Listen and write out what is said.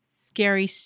scary